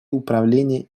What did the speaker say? управления